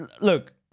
Look